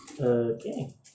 Okay